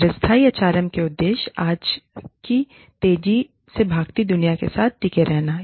चिरस्थायी एचआरएम के उद्देश्य आज की तेजी से भागती दुनिया के साथ टिके रहना है